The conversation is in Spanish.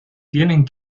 tienen